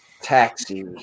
taxi